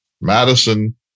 Madison